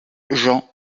jean